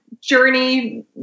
journey